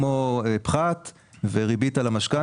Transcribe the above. כמו פחת וריבית על המשכנתא.